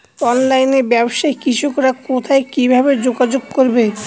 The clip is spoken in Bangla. অনলাইনে ব্যবসায় কৃষকরা কোথায় কিভাবে যোগাযোগ করবে?